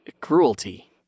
cruelty